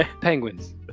Penguins